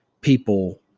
people